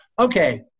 okay